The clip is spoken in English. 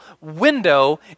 window